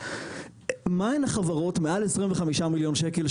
מהן החברות מעל 25 מיליון שקל,